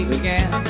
again